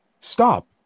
stop